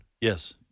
Yes